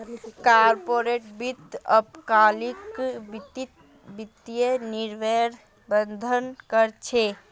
corporate वित्त अल्पकालिक वित्तीय निर्णयर प्रबंधन कर छे